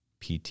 PT